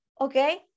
okay